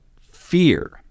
fear